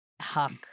Huck